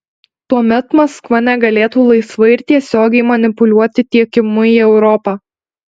tuomet maskva negalėtų laisvai ir tiesiogiai manipuliuoti tiekimu į europą